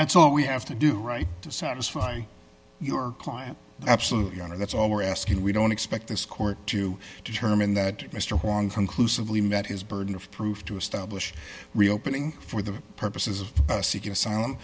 that's all we have to do right to satisfy your client absolutely under that's all we're asking we don't expect this court to determine that mr wong conclusively met his burden of proof to establish reopening for the purposes of seeking asylum